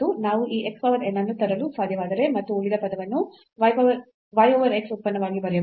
ನಾವು ಈ x power n ಅನ್ನು ತರಲು ಸಾಧ್ಯವಾದರೆ ಮತ್ತು ಉಳಿದ ಪದವನ್ನು y over x ಉತ್ಪನ್ನವಾಗಿ ಬರೆಯಬಹುದು